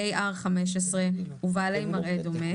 AR-15 ובעלי מראה דומה,